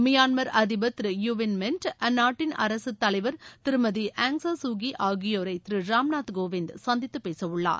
Myanmar அதிபர் திரு U Win Myint அந்நாட்டின் அரசுத் தலைவர் திருமதி ஆங் கான் சூ கீ ஆகியோரை திரு ராம்நாத் கோவிந்த் சந்தித்து பேசவுள்ளார்